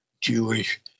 Jewish